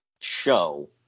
show